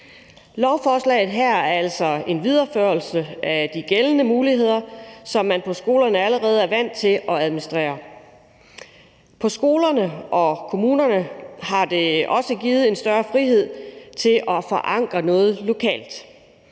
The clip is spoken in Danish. Lovforslaget her er altså en videreførelse af de gældende muligheder, som man på skolerne allerede er vant til at administrere. På skolerne og i kommunerne har det også givet en større frihed til at forankre noget lokalt.